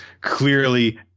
clearly